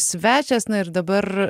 svečias na ir dabar